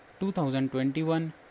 2021